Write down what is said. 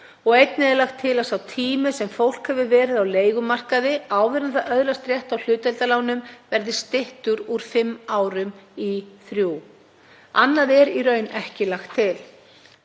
og einnig er lagt til að sá tími sem fólk hefur verið á leigumarkaði áður en það öðlast rétt á hlutdeildarlánum verði styttur úr fimm árum í þrjú. Annað er í raun ekki lagt til.